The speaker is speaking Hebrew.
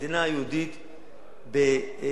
המדינה היהודית בסכנה,